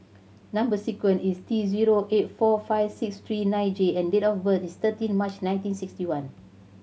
number sequence is T zero eight four five six three nine J and date of birth is thirteen March nineteen sixty one